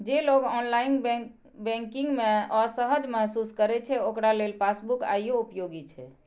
जे लोग online banking मे असहज महसूस करै छै, ओकरा लेल पासबुक आइयो उपयोगी छै